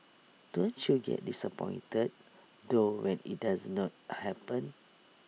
don't you get disappointed though when IT does not happen